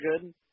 good